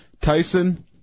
Tyson